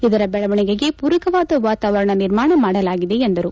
ಇದರ ಬೆಳವಣಿಗೆಗೆ ಪೂರಕವಾದ ವಾತಾವರಣ ನಿರ್ಮಾಣ ಮಾಡಲಾಗಿದೆ ಎಂದರು